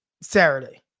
Saturday